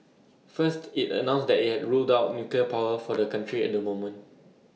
first IT announced that IT had ruled out nuclear power for the country at the moment